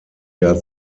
jahr